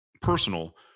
personal